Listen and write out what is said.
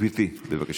גברתי, בבקשה.